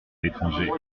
l’étranger